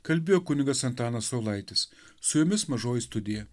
kalbėjo kunigas antanas saulaitis su jumis mažoji studija